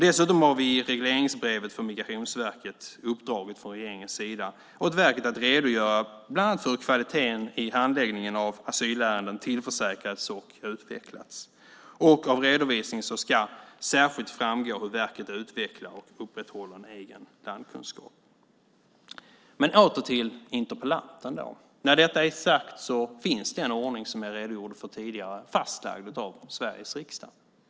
Dessutom har regeringen i regleringsbrevet till Migrationsverket uppdragit åt verket att redogöra bland annat för hur kvaliteten i handläggningen av asylärenden tillförsäkrats och utvecklats. Av redovisningen ska särskilt framgå hur verket utvecklar och upprätthåller en egen landkunskap. Med detta sagt, för att återkomma till interpellanten, finns alltså den ordning som jag tidigare redogjort för fastlagd av Sveriges riksdag.